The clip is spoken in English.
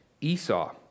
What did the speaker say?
Esau